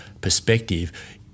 perspective